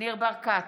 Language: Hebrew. ניר ברקת,